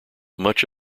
much